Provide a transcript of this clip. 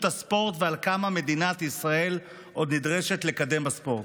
הספורט ועל כמה מדינת ישראל עוד נדרשת לקדם בספורט.